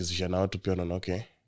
okay